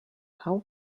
how